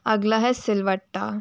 अगला है सिल्वट्टा